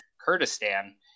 Kurdistan